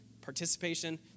Participation